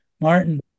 Martin